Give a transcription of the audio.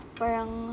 parang